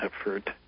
effort